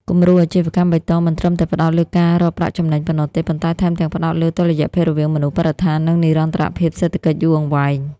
គំរូអាជីវកម្មបៃតងមិនត្រឹមតែផ្ដោតលើការរកប្រាក់ចំណេញប៉ុណ្ណោះទេ ប៉ុន្តែថែមទាំងផ្ដោតលើតុល្យភាពរវាងមនុស្ស បរិស្ថាន និងនិរន្តរភាពសេដ្ឋកិច្ចយូរអង្វែង។